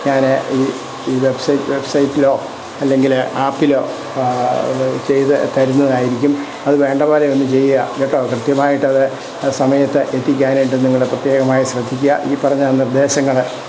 ഞാൻ ഒരു ഈ വെബ്സൈറ്റ് വെബ്സൈറ്റിലോ അല്ലെങ്കിൽ ആപ്പിലോ ഇതു ചെയ്തു തരുന്നതായിരിക്കും അതു വേണ്ട പോലെയൊന്നു ചെയ്യുക കേട്ടോ കൃത്യമായിട്ടത് ആ സമയത്ത് എത്തിക്കാനായിട്ട് നിങ്ങൾ പ്രത്യേകമായി ശ്രദ്ധിക്കുക ഈ പറഞ്ഞ നിർദ്ദേശങ്ങൾ